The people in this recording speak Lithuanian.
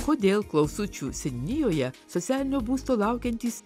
kodėl klausučių seniūnijoje socialinio būsto laukiantys